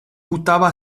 buttava